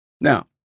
now